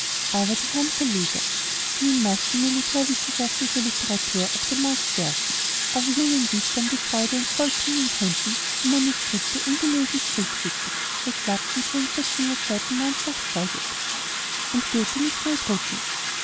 aber die herren verleger die in massen militärwissenschaftliche literatur auf den markt werfen aber jungen dichtern die freude ins volk bringen könnten die manuskripte ungelesen zurückschicken weil klapp mit seinen seiten marneschlacht vorgeht und goethe nicht neu drucken